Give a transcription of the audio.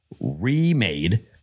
remade